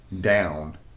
down